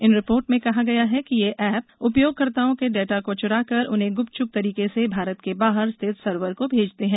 इन report में कहा गया है कि ये एप उपयोगकर्ताओं के डेटा को चुराकर उन्हें गुपच्चक तरीके से भारत के बाहर स्थित सर्वर को भेजते हैं